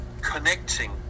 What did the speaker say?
connecting